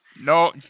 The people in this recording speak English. No